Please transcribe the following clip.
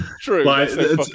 True